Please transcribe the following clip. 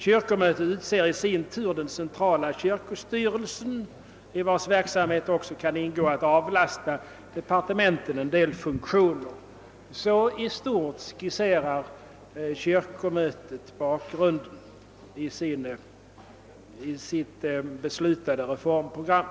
Kyrkomötet utser i sin tur den centrala kyrkostyrelsen, i vars verksamhet också kan ingå att avlasta departementen en del funktioner. Så skisserar kyrkomötet i stort bakgrunden till sitt beslutade reformprogram.